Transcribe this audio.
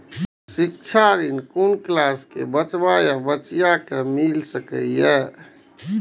शिक्षा ऋण कुन क्लास कै बचवा या बचिया कै मिल सके यै?